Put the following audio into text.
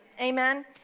Amen